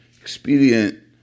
expedient